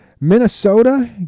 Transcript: Minnesota